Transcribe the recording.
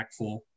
impactful